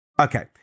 Okay